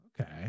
Okay